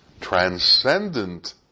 transcendent